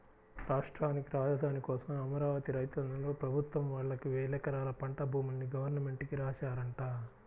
రాష్ట్రానికి రాజధాని కోసం అమరావతి రైతన్నలు ప్రభుత్వం వాళ్ళకి వేలెకరాల పంట భూముల్ని గవర్నమెంట్ కి రాశారంట